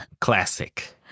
Classic